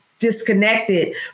disconnected